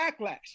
backlash